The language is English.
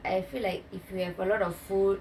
I feel like if you have a lot of food